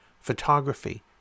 photography